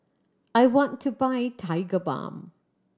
I want to buy Tigerbalm